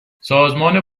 سازمان